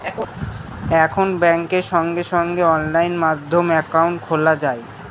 এখন ব্যাঙ্কে সঙ্গে সঙ্গে অনলাইন মাধ্যমে একাউন্ট খোলা যায়